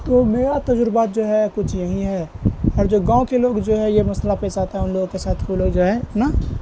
تو میرا تجربہ جو ہے کچھ یہیں ہے اور جو گاؤں کے لوگ جو ہے یہ مسئلہ پیس آتا ہے ان لوگوں کے ساتھ وہ لوگ جو ہے نا